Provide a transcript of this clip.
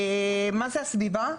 מה זה הסביבה?